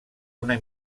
una